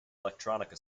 electronica